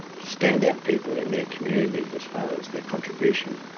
stand-out people in their communities as far as their contribution.